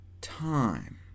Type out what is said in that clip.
Time